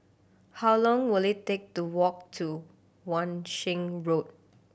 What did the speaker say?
how long will it take to walk to Wan Shih Road